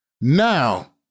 Now